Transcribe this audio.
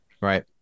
right